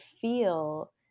feel